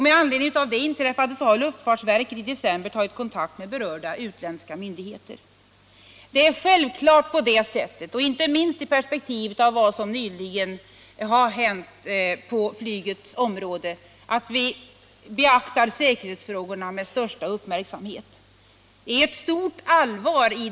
Med anledning av det inträffade har luftfartsverket i december tagit kontakt med berörda utländska myndigheter. Det är självfallet på det sättet — inte minst i perspektivet av vad som nyligen har hänt på flygets område — att vi fäster största uppmärksamhet vid säkerhetsfrågorna.